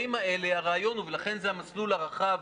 ולכן זה המסלול הרחב,